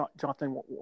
Jonathan